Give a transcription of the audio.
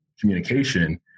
communication